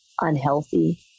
unhealthy